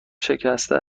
شکسته